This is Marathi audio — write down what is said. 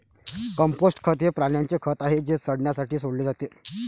कंपोस्ट खत हे प्राण्यांचे खत आहे जे सडण्यासाठी सोडले जाते